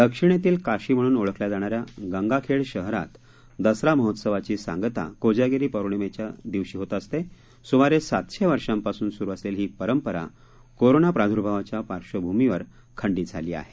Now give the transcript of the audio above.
दक्षिणेतील काशी म्हणून ओळखल्या जाणाऱ्या गंगाखेड शहरात दसरा महोत्सवाची सांगता कोजागिरी पौर्णिमेच्या दिवशी होत असते सुमारे सातशे वर्षांपासून सुरु असलेली ही परंपरा कोरोना प्रादूर्भावाच्या पार्श्वभूमीवर खंडित झाली आहे